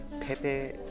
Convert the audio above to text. Pepe